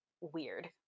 weird